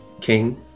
King